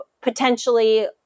potentially